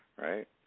right